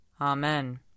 Amen